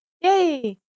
Yay